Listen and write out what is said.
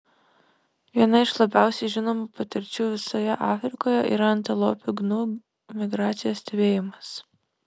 viena iš labiausiai žinomų patirčių visoje afrikoje yra antilopių gnu migracijos stebėjimas